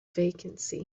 vacancy